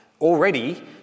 already